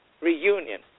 reunion